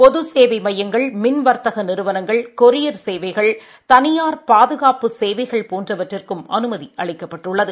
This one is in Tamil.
பொது சேவை மையங்கள் மின் வர்த்தக நிறுவனங்கள் கொரியர் சேவைகள் தனியார் பாதுகாப்பு சேவைகள் போன்றவற்றிற்கும் அனுமதி அளிக்கப்பட்டுள்ளது